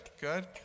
good